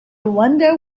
wonder